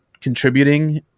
contributing